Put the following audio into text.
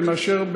ונאשר,